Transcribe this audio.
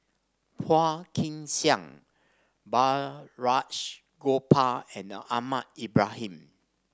Phua Kin Siang Balraj Gopal and Ahmad Ibrahim